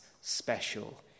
special